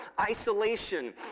isolation